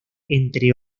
entre